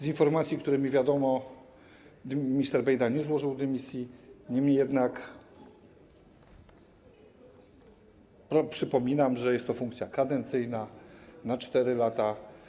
Z informacji, o których mi wiadomo, wynika, że minister Bejda nie złożył dymisji, niemniej jednak przypominam, że jest to funkcja kadencyjna, na 4 lata.